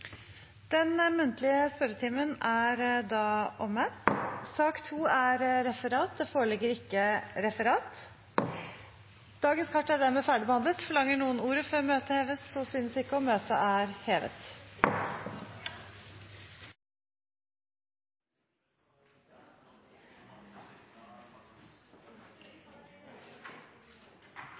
Den muntlige spørretimen er omme. Det foreligger ikke referat. Dagens kart er dermed ferdigbehandlet. Forlanger noen ordet før møtet heves? – Så synes ikke, og møtet er hevet.